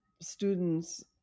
students